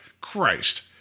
Christ